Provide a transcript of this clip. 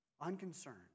Unconcerned